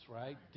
right